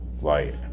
Light